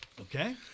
Okay